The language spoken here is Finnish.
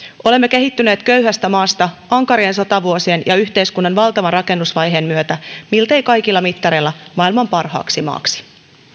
olemme kehittyneet köyhästä maasta ankarien sotavuosien ja yhteiskunnan valtavan rakennusvaiheen myötä miltei kaikilla mittareilla maailman parhaaksi maaksi